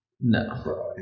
No